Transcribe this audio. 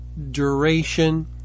Duration